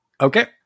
Okay